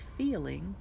feeling